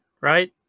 right